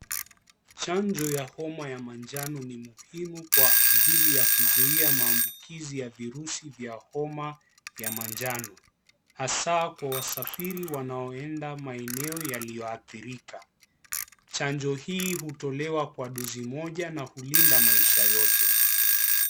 Chanjo ya homa ya manjano ni muhimu kwa ajili ya kuzuia maambukizi ya virusi vya homa ya manjano hasaa kwa wasafiri wanaoenda maeneno yaliyoathirika. Chanjo hii hutolewa kwa dosi moja na hulinda maisha yote.